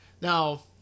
Now